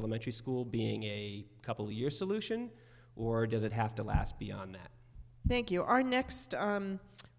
elementary school being a couple years solution or does it have to last beyond that thank you our next